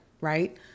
right